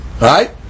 right